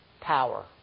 power